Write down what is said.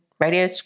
radio